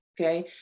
okay